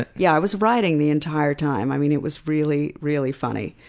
but yeah, i was writing the entire time. i mean it was really, really funny.